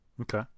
Okay